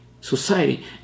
society